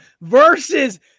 versus